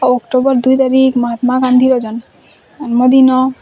ଆଉ ଆକ୍ଟୋବର ଦୁଇ ତାରିଖ୍ ମହାତ୍ମା ଗାନ୍ଧୀଙ୍କ ଜନ୍ମଦିନ